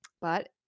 But-